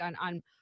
on